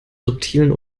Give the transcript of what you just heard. subtilen